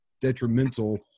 detrimental